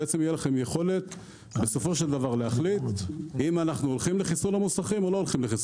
תהיה לכם יכולת להחליט האם אנחנו הולכים לחיסול המוסכים או לא.